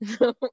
No